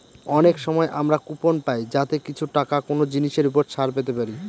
অনেক সময় আমরা কুপন পাই যাতে কিছু টাকা কোনো জিনিসের ওপর ছাড় পেতে পারি